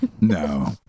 No